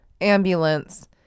ambulance